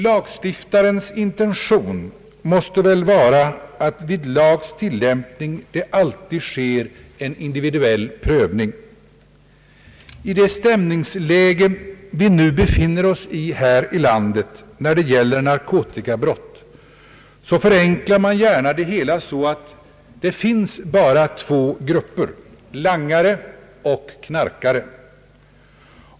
Lagstiftarens intention måste väl vara att vid en lags tillämpning det alltid sker en individuell prövning. I det stämningsläge vi nu befinner oss i här i landet när det gäller narkotikabrott förenklar man gärna det hela så att det bara finns två grupper: langare och knarkare.